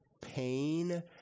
pain